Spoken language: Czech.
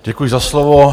Děkuji za slovo.